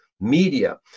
media